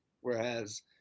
whereas